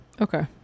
Okay